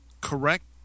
correct